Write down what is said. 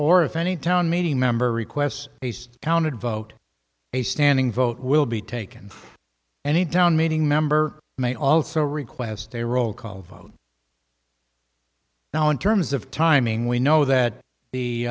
or if any town meeting member requests counted vote a standing vote will be taken any town meeting member may also request a roll call vote now in terms of timing we know that